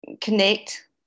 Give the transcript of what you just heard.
connect